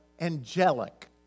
angelic